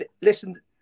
listen